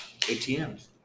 ATMs